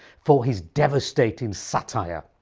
for his devastating satire.